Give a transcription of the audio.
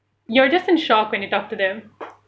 you are just in shock when you talk to them